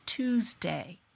Tuesday